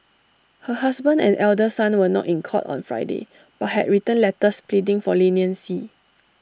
her husband and elder son were not in court on Friday but had written letters pleading for leniency